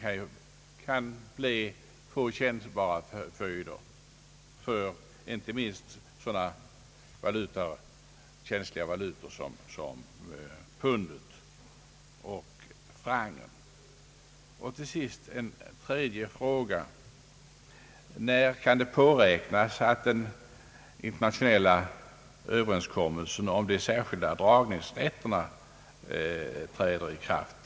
Den kan uppenbarligen få kännbara följder, inte minst för sådana känsliga valutor som pundet och francen. Till sist en tredje fråga: När kan det påräknas att den internationella överenskommelsen om de särskilda dragningsrätterna träder i kraft?